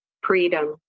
freedom